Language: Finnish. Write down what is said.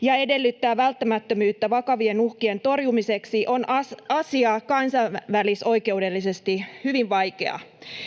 ja edellyttää välttämättömyyttä vakavien uhkien torjumiseksi, on asia kansainvälisoikeudellisesti hyvin vaikea.